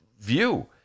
view